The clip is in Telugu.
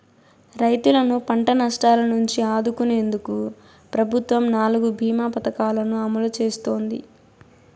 రైతులను పంట నష్టాల నుంచి ఆదుకునేందుకు ప్రభుత్వం నాలుగు భీమ పథకాలను అమలు చేస్తోంది